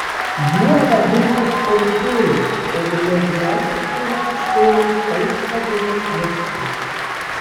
juo vadintas orfėjus o vėliau gnostikai ir krikščionys taip vadino kristų